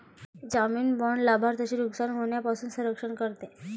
जामीन बाँड लाभार्थ्याचे नुकसान होण्यापासून संरक्षण करते